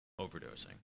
overdosing